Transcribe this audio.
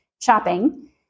shopping